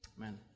Amen